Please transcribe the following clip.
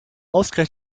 ausgerechnet